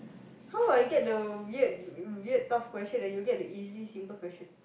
how I get the weird weird tough question and you get the easy simple question